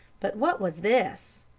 but what was this?